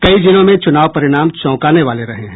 कई जिलों में चुनाव परिणाम चौंकाने वाले रहे हैं